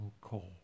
call